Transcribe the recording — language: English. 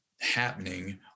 happening